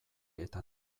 eta